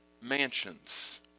mansions